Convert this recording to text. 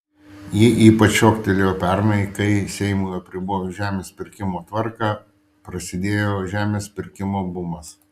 ji ypač šoktelėjo pernai kai seimui apribojus žemės pirkimo tvarką prasidėjo žemės pirkimo bumas